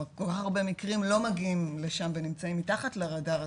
הרבה מקרים לא מגיעים לשם ונמצאים מתחת לרדאר,